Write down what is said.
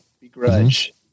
begrudge